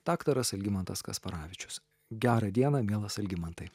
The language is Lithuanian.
daktaras algimantas kasparavičius gerą dieną mielas algimantai